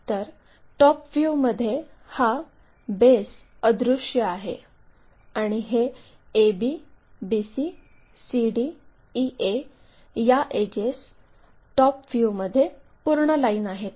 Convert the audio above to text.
तर टॉप व्ह्यूमध्ये हा बेस अदृश्य आहे आणि हे ab bc cd ea या एडजेस टॉप व्ह्यूमध्ये पूर्ण लाईन आहेत